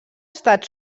estat